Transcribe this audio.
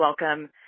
welcome